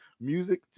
music